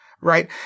right